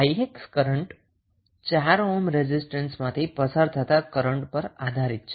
𝑖𝑥 current એ 4 ohm રેઝિસ્ટન્સમાંથી પસાર થતાં કરન્ટ પર આધારિત છે